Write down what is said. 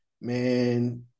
man